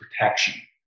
protection